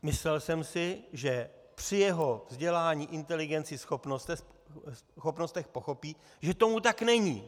Myslel jsem si, že při jeho vzdělání, inteligenci, schopnostech pochopí, že tomu tak není.